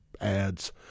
ads